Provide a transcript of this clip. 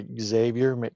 Xavier